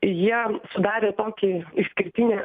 jie sudarė tokią išskirtinę